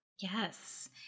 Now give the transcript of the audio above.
Yes